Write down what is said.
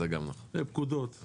זה פקודות.